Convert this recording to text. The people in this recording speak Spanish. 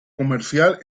comercial